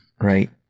right